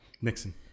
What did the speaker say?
Nixon